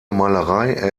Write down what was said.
malerei